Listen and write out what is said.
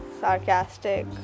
sarcastic